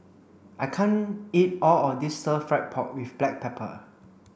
I can't eat all of this stir fried pork with black pepper